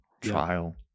trial